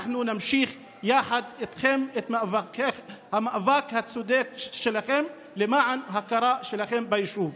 אנחנו נמשיך יחד איתכם את המאבק הצודק שלכם למען הכרה שלכם ביישוב.